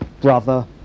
brother